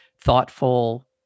thoughtful